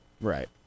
right